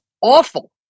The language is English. awful